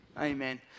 Amen